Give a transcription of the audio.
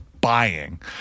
buying